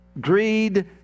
greed